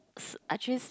actually